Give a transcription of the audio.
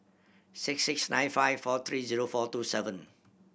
six six nine five four three zero four two seven